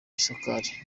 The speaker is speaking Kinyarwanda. isukari